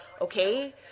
okay